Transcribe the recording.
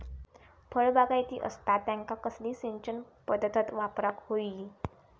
फळबागायती असता त्यांका कसली सिंचन पदधत वापराक होई?